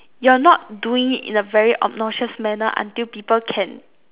you're not doing it in a very obnoxious manner until people can